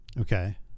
okay